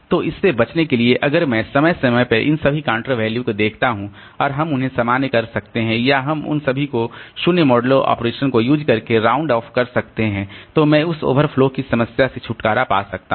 तो इससे बचने के लिए अगर मैं समय समय पर इन सभी काउंटर वैल्यू को देखता हूं और हम उन्हें सामान्य कर सकते हैं या हम उन सभी को 0 मोडुलो ऑपरेशन को यूज करके राउंड ऑफ कर सकते हैं तो मैं उस ओवरफ्लो की समस्या से छुटकारा पा सकता हूं